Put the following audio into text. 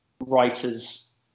writer's